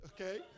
Okay